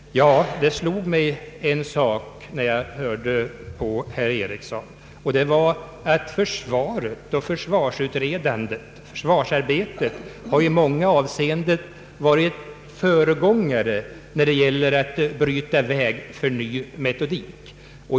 Det slog mig en sak när jag hörde herr Eriksson, nämligen att försvarsutredandet och försvarsarbetet i många avseenden har varit föregångare när det gällt att bryta väg för ny metodik.